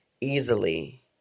easily